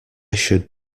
should